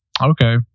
Okay